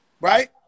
Right